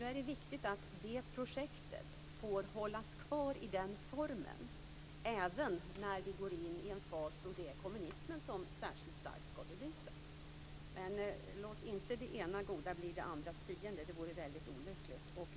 Då är det viktigt att detta projekt får hållas kvar i den här formen även när vi går in i en fas då det är kommunismen som särskilt starkt skall belysas. Men låt inte det ena goda bli det andras fiende. Det vore väldigt olyckligt.